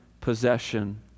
possession